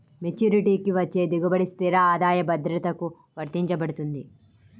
మెచ్యూరిటీకి వచ్చే దిగుబడి స్థిర ఆదాయ భద్రతకు వర్తించబడుతుంది